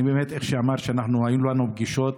אמרת שהיו לנו פגישות,